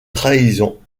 trahison